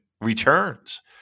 returns